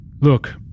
look